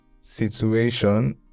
situation